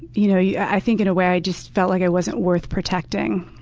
you know yeah i think in a way i just felt like i wasn't worth protecting.